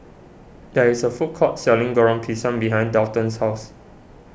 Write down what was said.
there is a food court selling Goreng Pisang behind Daulton's house